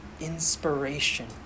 inspiration